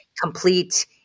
complete